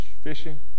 fishing